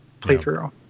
playthrough